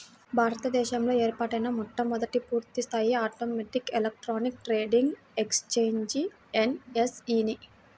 భారత దేశంలో ఏర్పాటైన మొట్టమొదటి పూర్తిస్థాయి automatic electronic trading exchange NSE నే